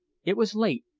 it was late,